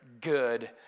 good